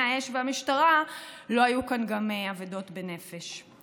האש והמשטרה לא היו כאן גם אבדות בנפש.